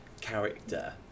character